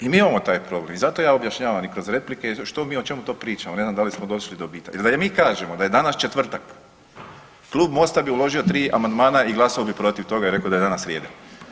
I mi imamo taj problem i zato ja objašnjavam i kroz replike što mi, o čemu to pričamo, ne znam da li smo došli do …/nerazumljivo/… jer da mi kažemo da je danas četvrtak Klub MOST-a bi uložio 3 amandmana i glasao bi protiv toga i rekao da je danas srijeda.